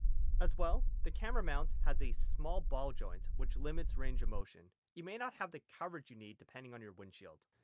as well the camera mount has a smaller ball joint which limits range of motion. you may not have the coverage you need depending on your windshield.